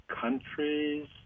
countries